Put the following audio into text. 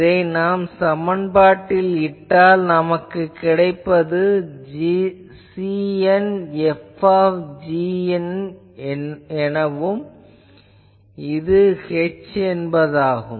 இதை நாம் சமன்பாட்டில் இட்டால் கிடைப்பது cn F எனவும் இது h என்பதாகும்